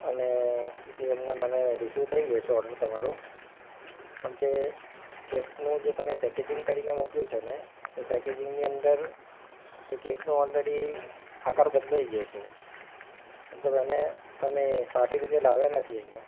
અને એ એમને મને રિસીવ થઈ ગયો છે ઓર્ડર તમારો પણ જે કેકનું જે તમે પેકેજીંગ કરીને મોકલ્યું છે ને એ પેકેજીંગની અંદર એ કેકનો ઓલરેડી આકાર બદલાઈ ગયો છે તો એને તમે સારી રીતે લાવ્યા નથી અહીંયા